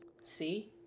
see